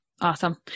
Awesome